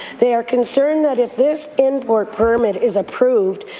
they are concerned that if this import permit is approved,